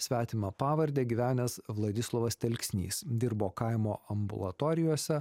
svetimą pavardę gyvenęs vladislovas telksnys dirbo kaimo ambulatorijose